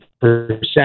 percent